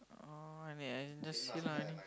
uh and they just see lah any